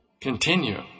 continue